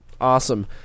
Awesome